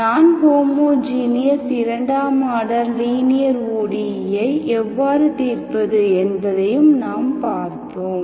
நான் ஹோமோஜீனியஸ் இரண்டாம் order linear ODE ஐ எவ்வாறு தீர்ப்பது என்பதையும் நாம் பார்த்தோம்